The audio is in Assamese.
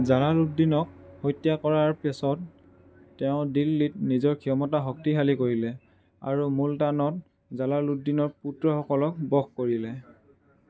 জালালুদ্দিনক হত্যা কৰাৰ পিছত তেওঁ দিল্লীত নিজৰ ক্ষমতা শক্তিশালী কৰিলে আৰু মুলতানত জালালুদ্দিনৰ পুত্ৰসকলক বশ কৰিলে